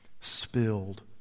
spilled